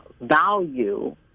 value